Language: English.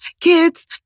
Kids